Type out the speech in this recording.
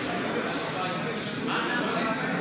מה יש לה להשיב?